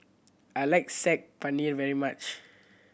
I like Saag Paneer very much